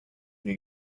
new